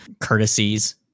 courtesies